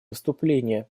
выступление